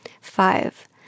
Five